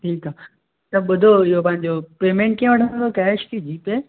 ठीकु आहे त ॿुधो इहो पंहिंजो पेमेंट कीअं वठंदव कैश कि जीपे